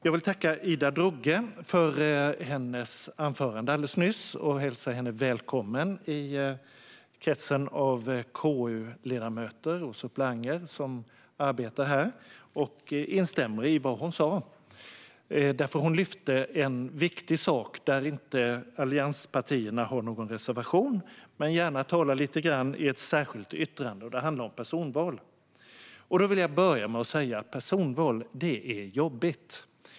Jag vill tacka Ida Drougge för hennes anförande alldeles nyss och hälsa henne välkommen till kretsen av KU-ledamöter och suppleanter. Jag instämmer i vad hon sa. Hon lyfte nämligen en viktig sak. Allianspartierna har inte någon reservation om det. Men vi talar lite grann om det i ett särskilt yttrande. Det handlar om personval. Jag vill börja med att säga att personval är jobbigt.